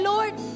Lord